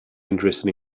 interested